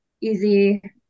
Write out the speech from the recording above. easy